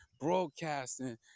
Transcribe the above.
broadcasting